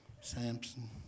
Samson